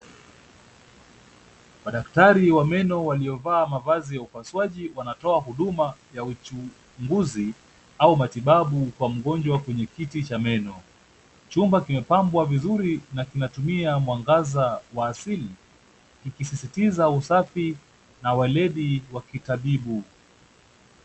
Madaktari wa meno waliovaa mavazi ya upasuaji wanatoa huduma ya uchunguzi au matibabu kwa mgonjwa kwenye kiti cha meno, chumba kimepambwa vizuri na kinatumia mwangaza wa asili kikisitiza usafi na ueledi wa kitabibu.